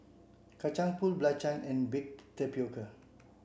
Kacang Pool Belacan and baked tapioca